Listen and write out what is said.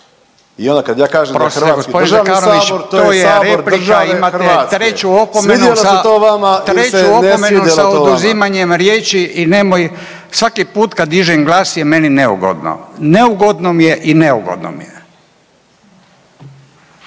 se ne svidjelo to vama. **Radin, Furio (Nezavisni)** … treću opomenu sa oduzimanjem riječi nemoj svaki put kad dižem glas je meni neugodno. Neugodno mi je i neugodno mi je.